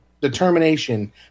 determination